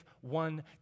one